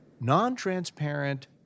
non-transparent